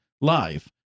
live